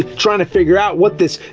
tryna to figure out what this.